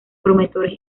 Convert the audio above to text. promotores